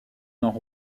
nord